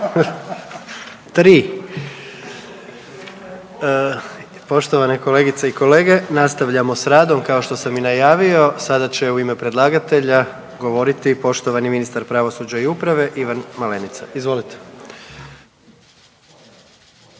SATI Poštovane kolegice i kolege, nastavljamo s radom kao što sam i najavio. Sada će u ime predlagatelja govoriti poštovani ministar pravosuđa i uprave Ivan Malenica. Izvolite.